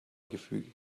gefügig